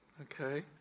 Okay